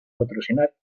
patrocinat